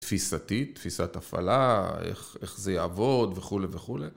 תפיסתי, תפיסת הפעלה, איך זה יעבוד וכולי וכולי.